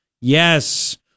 Yes